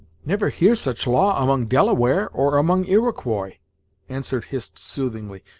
never hear such law among delaware, or among iroquois answered hist soothingly.